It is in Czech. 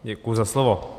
Děkuji za slovo.